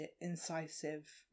incisive